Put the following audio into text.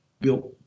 built